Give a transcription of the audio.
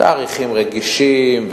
תאריכים רגישים,